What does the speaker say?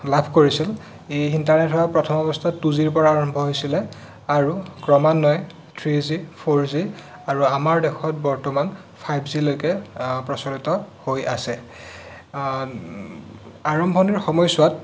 লাভ কৰিছিল এই ইণ্টাৰনেট সেৱা প্ৰথম অৱস্থাত টুজিৰ পৰা আৰম্ভ হৈছিলে আৰু ক্ৰমান্বয়ে থ্ৰী জি ফ'ৰ জি আৰু আমাৰ দেশত বৰ্তমান ফাইভ জিলৈকে প্ৰচলিত হৈ আছে আৰম্ভণিৰ সময় চোৱাত